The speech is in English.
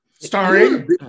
Starring